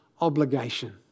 obligation